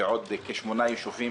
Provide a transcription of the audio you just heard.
ועוד כ-8 יישובים